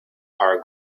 are